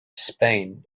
spain